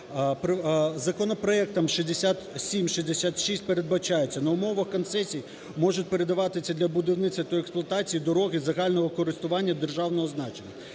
Законопроектом 6766 передбачається: на умовах концесій можуть передаватися для будівництва та експлуатації дороги загального користування державного значення.